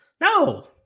No